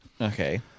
Okay